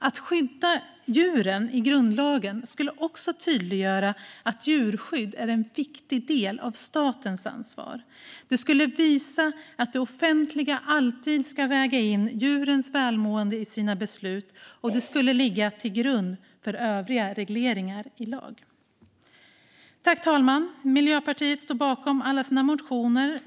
Att skydda djuren i grundlagen skulle också tydliggöra att djurskydd är en viktig del av statens ansvar. Det skulle visa att det offentliga alltid ska väga in djurens välmående i sina beslut, och det skulle ligga till grund för övriga regleringar i lag. Fru talman! Miljöpartiet står bakom alla sina motioner.